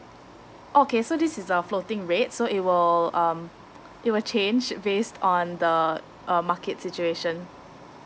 okay so this is the floating rate so it will um it will change based on the uh market situation